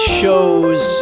shows